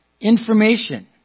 information